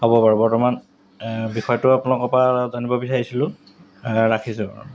হ'ব বাৰু বৰ্তমান বিষয়টো আপোনালোকৰপৰা জানিব বিচাৰিছিলোঁ ৰাখিছোঁ